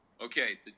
okay